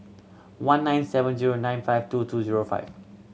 one nine seven zero nine five two two zero five